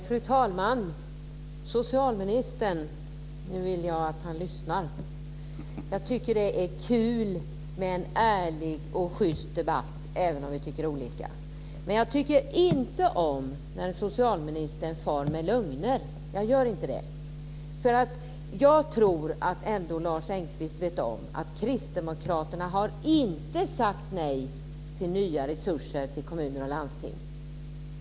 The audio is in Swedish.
Fru talman! Nu vill jag att socialministern lyssnar. Jag tycker att det är kul med en ärlig och schyst debatt även om vi tycker olika, men jag tycker inte om när socialministern far med lögner. Jag gör inte det. Jag tror ändå att Lars Engqvist vet om att kristdemokraterna inte har sagt nej till nya resurser till kommuner och landsting.